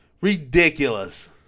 Ridiculous